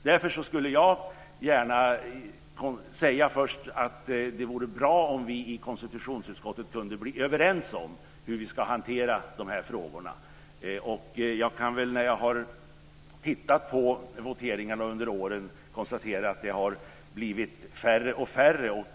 Därför tycker jag att det vore bra om vi i konstitutionsutskottet kunde bli överens om hur vi ska hantera de här frågorna. När jag har tittat på voteringarna under åren kan jag konstatera att de har blivit färre och färre.